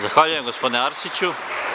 Zahvaljujem, gospodine Arsiću.